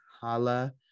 Hala